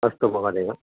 अस्तु महोदय